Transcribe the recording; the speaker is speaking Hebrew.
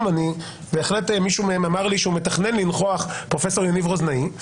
אחד מהם הוא פרופ' יניב רוזנאי,